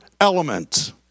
element